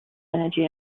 energy